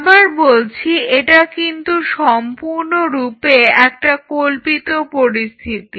আবার বলছি এটা কিন্তু সম্পূর্ণরূপে একটি কল্পিত পরিস্থিতি